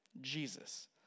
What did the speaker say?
Jesus